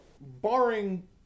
barring